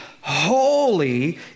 holy